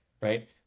right